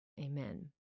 Amen